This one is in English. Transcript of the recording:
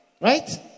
Right